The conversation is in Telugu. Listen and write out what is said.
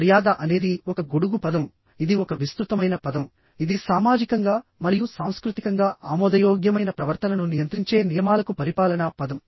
మర్యాద అనేది ఒక గొడుగు పదం ఇది ఒక విస్తృతమైన పదం ఇది సామాజికంగా మరియు సాంస్కృతికంగా ఆమోదయోగ్యమైన ప్రవర్తనను నియంత్రించే నియమాలకు పరిపాలనా పదం